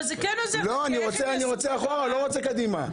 אני רוצה אחורה לא קדימה.